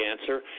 answer